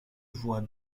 voit